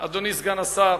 אדוני סגן השר,